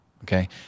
Okay